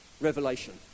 Revelation